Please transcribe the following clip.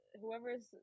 Whoever's